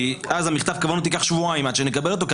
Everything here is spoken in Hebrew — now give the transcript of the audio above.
כי אז ייקח שבועיים עד שנקבל את מכתב הכוונות,